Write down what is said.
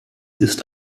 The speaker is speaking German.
ist